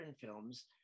films